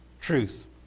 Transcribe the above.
truth